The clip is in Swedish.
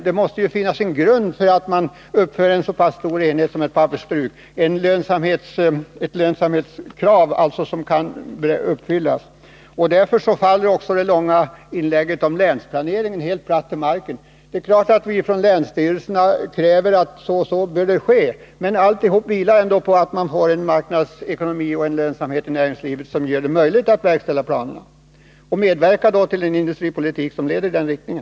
Det måste finnas en grund för att uppföra en så pass stor enhet som ett pappersbruk — ett lönsamhetskrav som kan uppfyllas. Därför faller också det långa inlägget om länsplaneringen platt till marken. Det är klart att vi från länsstyrelserna kräver att det och det bör ske, men allt vilar ändå på att det finns en marknadsekonomi och en lönsamhet i näringslivet som gör det möjligt att verkställa planerna och medverka till en industripolitik som leder i den riktningen.